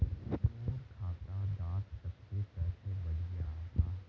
मोर खाता डात कत्ते पैसा बढ़ियाहा?